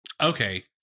Okay